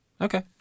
Okay